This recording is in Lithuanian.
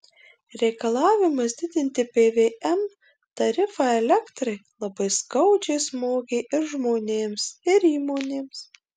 reikalavimas didinti pvm tarifą elektrai labai skaudžiai smogė ir žmonėms ir įmonėms